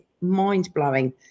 mind-blowing